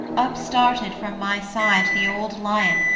up started from my side the old lion,